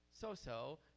so-so